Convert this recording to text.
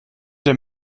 der